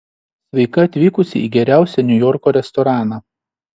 sveika atvykusi į geriausią niujorko restoraną